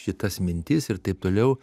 šitas mintis ir taip toliau